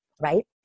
Right